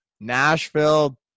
Nashville